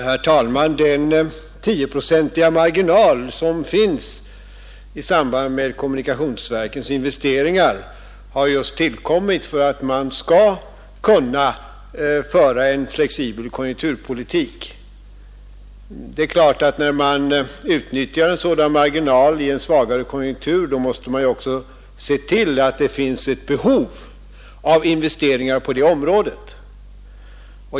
Herr talman! Den 10-procentiga marginal som finns i samband med kommunikationsverkens investeringar har just tillkommit för att man skall kunna föra en flexibel konjunkturpolitik. Det är klart att när man utnyttjar en sådan marginal i en svagare konjunktur måste man också se till att det finns ett behov av investeringar på det området.